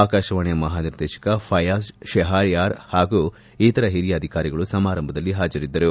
ಆಕಾಶವಾಣಿಯ ಮಹಾನಿರ್ದೇಶಕ ಫೈಯಾಜ್ ಶೆಹೆರ್ ಯಾರ್ ಹಾಗೂ ಇತರ ಹಿರಿಯ ಅಧಿಕಾರಿಗಳು ಸಮಾರಂಭದಲ್ಲಿ ಹಾಜರಿದ್ದರು